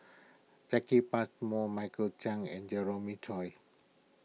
Jacki Passmore Michael Chiang and Jeremiah Choy